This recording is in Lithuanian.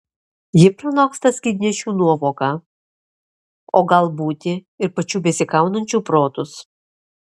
ji pranoksta skydnešių nuovoką o gal būti ir pačių besikaunančių protus